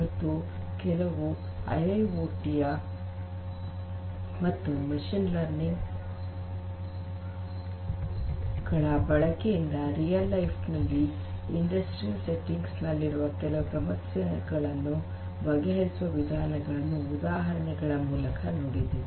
ಮತ್ತು ಕೆಲವು ಐಐಓಟಿಯ ಮತ್ತು ಮಷೀನ್ ಲರ್ನಿಂಗ್ ಗಳ ಬಳಕೆಯಿಂದ ನಿಜ ಜೀವನದಲ್ಲಿ ಕೈಗಾರಿಕಾ ಸೆಟ್ಟಿಂಗ್ಸ್ ನಲ್ಲಿರುವ ಕೆಲವು ಸಮಸ್ಯೆಗಳನ್ನು ಬಗೆಹರಿಯುವ ವಿಧಾನಗಳನ್ನು ಉದಾಹರಣೆಗಳ ಮುಖಾಂತರ ನೋಡಿದೆವು